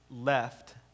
left